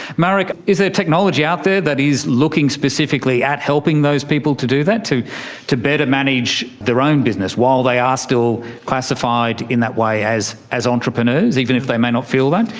marek, is there technology out there that is looking specifically at helping those people to do that, to to better manage their own business while they are still classified in that way as as entrepreneurs, even if they may not feel that?